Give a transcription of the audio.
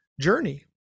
journey